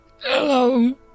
Hello